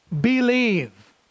believe